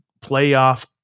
playoff